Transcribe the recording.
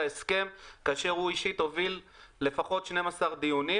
הסכם כאשר הוא אישית הוביל לפחות 12 דיונים.